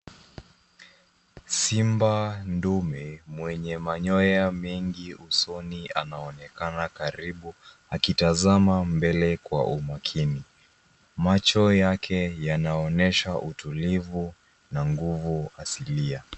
Simba ndume mwenye manyoya mengi usoni anaonekana karibu akitazama mbele kwa umakini. Macho yake yanaonyesha utulivu na nguvu asilia.